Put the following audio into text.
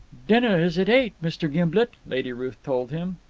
dinner is at eight, mr. gimblet, lady ruth told him.